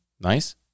nice